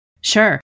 Sure